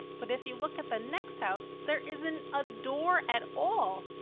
but if you look at the next house, there isn't a door at all.